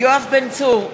יואב בן צור,